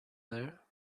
there